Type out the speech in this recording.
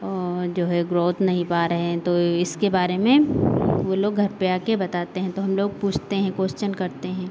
वो जो है ग्रोथ नहीं पा रहे हैं तो इसके बारे में वो लोग घर पे आके बताते हैं तो हम लोग पूछते हैं क्वेश्चन करते हैं